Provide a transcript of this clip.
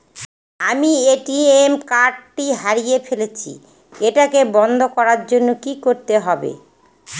আমি ATM card টি হারিয়ে ফেলেছি এটাকে বন্ধ করার জন্য কি করতে হবে?